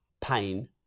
pain